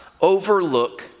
overlook